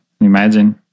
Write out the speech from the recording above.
Imagine